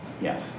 Yes